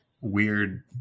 Weird